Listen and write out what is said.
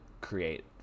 create